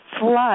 flood